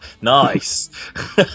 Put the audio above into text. Nice